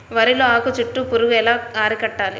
వరిలో ఆకు చుట్టూ పురుగు ఎలా అరికట్టాలి?